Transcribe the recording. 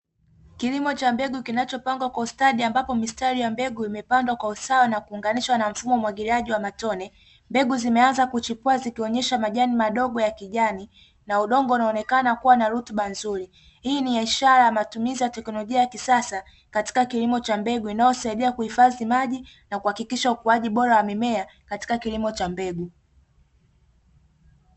Kilimo cha mbegu kinachopangwa kwa ustadi, ambapo mistari ya mbegu imepandwa kwa usawa na kuunganishwa na mfumo wa umwagiliaji wa matone. Mbegu zimeanza kuchipua zikionesha majani madogo ya kijani, na udongo unaonekana kuwa na rutuba nzuri. Hii ni ishara ya matumizi ya teknolojia ya kisasa katika kilimo cha mbegu inayosaidia kuhifadhi maji na kuhakikisha ukuaji bora wa mimea katika kilimo cha mbegu.